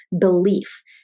belief